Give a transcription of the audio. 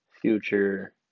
future